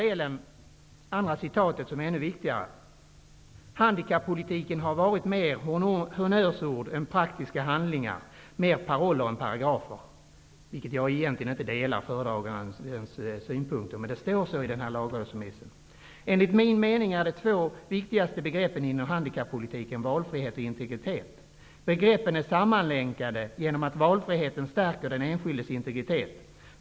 Mitt andra citat är ännu viktigare: ''Handikappolitiken har mer varit honnörsord än praktiska handlingar, mer paroller än paragrafer.'' Jag delar egentligen inte dessa synpunkter från föredraganden, men det står så i lagrådsremissen. Föredraganden fortsätter: ''Enligt min mening är de två viktigaste begreppen inom handikappolitiken valfrihet och integritet. Begreppen är sammanlänkade genom att valfriheten stärker den enskildes integritet.